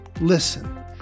Listen